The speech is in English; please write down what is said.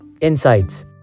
Insights